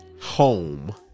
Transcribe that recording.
home